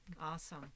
Awesome